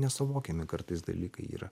nesuvokiami kartais dalykai yra